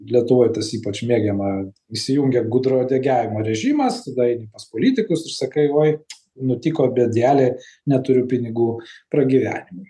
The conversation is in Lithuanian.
lietuvoj tas ypač mėgiama įsijungia gudrauodegiavimo režimas tada eini pas politikus ir sakai uo nutiko bėdelė neturiu pinigų pragyvenimui